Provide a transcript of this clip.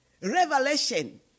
Revelation